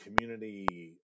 community